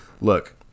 look